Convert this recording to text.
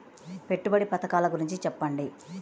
పెట్టుబడి పథకాల గురించి చెప్పండి?